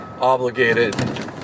obligated